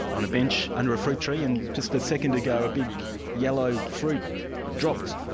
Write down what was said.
on a bench, under a fruit tree, and just a second ago, a big yellow fruit dropped.